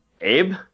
Abe